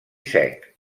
sec